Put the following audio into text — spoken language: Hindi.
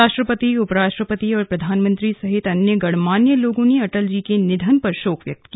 राष्ट्रपति उपराष्ट्रपति और प्रधानमंत्री सहित अन्य गणमान्य लोगों ने अटल जी के निधन पर शोक व्यक्त किया